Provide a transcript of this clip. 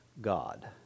God